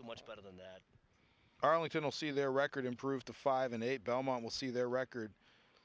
do much better than the arlington will see their record improve to five in eight belmont will see their record